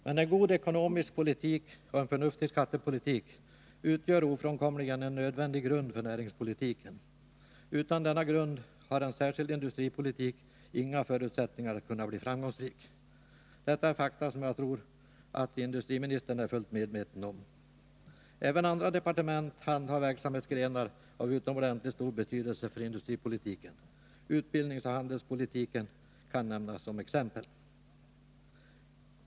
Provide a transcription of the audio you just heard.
Men en god ekonomisk politik och en förnuftig skattepolitik utgör ofrånkomligen en nödvändig grund för näringspolitiken. Utan denna grund har en särskild industripolitik inga förutsättningar att bli framgångsrik. Detta är fakta, som jag tror att industriministern är fullt medveten om. Även andra departement handhar verksamhetsgrenar av utomordentligt stor betydelse för industripolitiken. Utbildningsoch handelspolitiken kan nämnas som exempel.